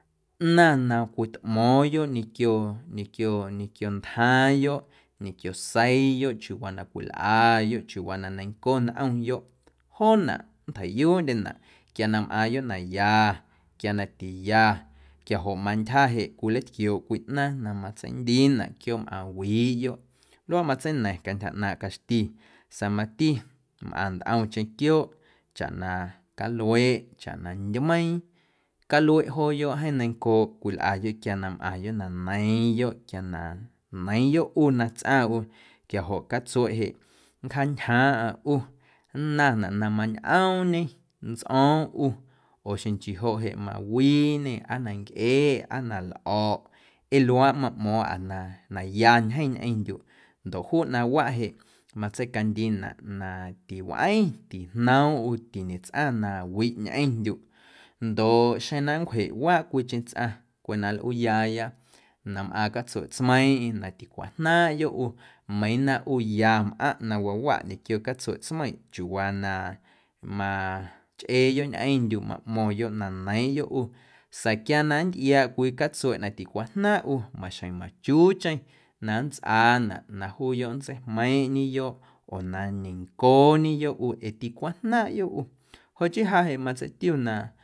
Ꞌnaⁿ na cwitꞌmo̱o̱ⁿyoꞌ ñequio, ñequio, ñequio ntjaaⁿyoꞌ, ñequio seiiyoꞌ, chiuuwaa na cwilꞌayoꞌ, chiuuwaa na neiⁿnco nꞌomyoꞌ joonaꞌ nntjeiꞌyuuꞌndyenaꞌ quia na mꞌaaⁿyoꞌ na ya quia na tiya quiajoꞌ mantyja jeꞌ cwileitquiooꞌ cwii ꞌnaaⁿ na matseindiinaꞌ quiooꞌmꞌaaⁿ wiiꞌyoꞌ luaꞌ matseina̱ⁿ cantyja ꞌnaaⁿꞌ caxti sa̱a̱ mati mꞌaⁿ ntꞌomcheⁿ quiooꞌ chaꞌ na calueꞌ, chaꞌ na ndyumeiiⁿ calueꞌ jooyoꞌ jeeⁿ neiⁿncooꞌ cwilꞌayoꞌ quia na neiiⁿyoꞌ, quia na neiiⁿyoꞌ ꞌu na tsꞌaⁿ ꞌu quiajoꞌ catsueꞌ jeꞌ nncjaantyjaaⁿꞌaⁿ ꞌu nnaⁿnaꞌ na mañꞌoomñe ntsꞌo̱o̱ⁿ ꞌu oo xeⁿ nchii joꞌ jeꞌ mawiiñe aa na ncꞌeꞌ aa na lꞌo̱ꞌ ee luaaꞌ maꞌmo̱o̱ⁿꞌa na na ya ntyjeⁿ ñꞌeⁿndyuꞌ ndoꞌ juu ꞌnaⁿwaꞌ jeꞌ matseicandiinaꞌ na tiwꞌeⁿ, tijnoomꞌm ꞌu, tiñetsꞌaⁿ nawiꞌ ñꞌeⁿndyuꞌ ndoꞌ xeⁿ na nncwjeꞌ waaꞌ cwiicheⁿ tsꞌaⁿ cweꞌ na nlꞌuuyaaya na mꞌaaⁿ catsueꞌtsmeiiⁿꞌeiⁿ na ticwajnaaⁿꞌyoꞌ ꞌu meiiⁿ na ꞌu ya mꞌaⁿꞌ na waawaꞌ ñequio catsueꞌ tsmeiⁿꞌ chiuuwaa na machꞌeeyoꞌ ñꞌeⁿndyuꞌ maꞌmo̱ⁿyoꞌ na neiiⁿꞌyoꞌ ꞌu sa̱a̱ quia na nntꞌiaaꞌ cwii catsueꞌ na ticwajnaaⁿꞌ ꞌu maxjeⁿ machuucheⁿ na nntsꞌaanaꞌ na juuyoꞌ nntseijmeiⁿꞌñeyoꞌ oo na ñencooñeyoꞌ ꞌu ee ticwajnaaⁿꞌyoꞌ ꞌu joꞌ chii ja jeꞌ matseitiu na.